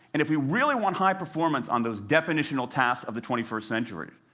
and if we really want high performance on those definitional tasks of the twenty first century,